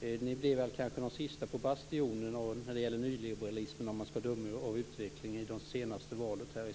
Ni blir kanske de sista på bastionen om nyliberalism, om man skall döma av utvecklingen vid det senaste valet.